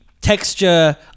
texture